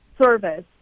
service